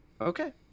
Okay